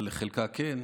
אבל עם חלקה כן,